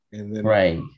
Right